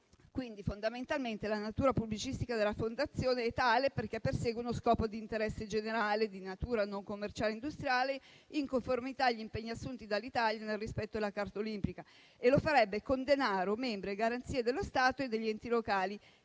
Fondamentalmente quindi la natura pubblicistica della Fondazione è tale perché persegue uno scopo d'interesse generale di natura non commerciale o industriale, in conformità con gli impegni assunti dall'Italia nel rispetto della Carta olimpica. Lo farebbe con denaro, membri e garanzie dello Stato e degli enti locali